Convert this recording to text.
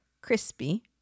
crispy